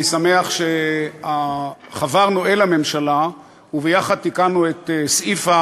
אני שמח שחברנו אל הממשלה וביחד תיקנו את סעיף,